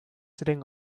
sitting